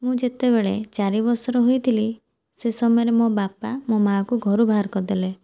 ମୁଁ ଯେତେବେଳେ ଚାରି ବର୍ଷର ହୋଇଥିଲି ସେ ସମୟରେ ମୋ ବାପା ମୋ ମାଆକୁ ଘରୁ ବାହାର କରିଦେଲେ